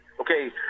Okay